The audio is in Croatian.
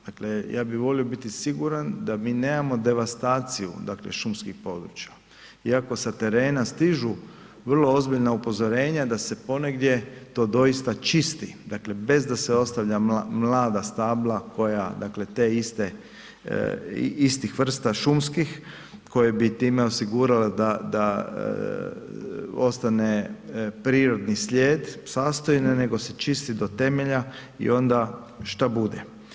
Dakle, ja bi volio biti siguran da mi nemamo devastaciju dakle šumskih područja iako sa terena stižu vrlo ozbiljna upozorenja da se ponegdje to doista čisti, dakle bez da se ostavlja mlada stabla koja dakle te iste, istih vrsta šumskih koje bi time osigurala da ostane prirodni slijed sastavine nego se čisto do temelja i ona šta bude.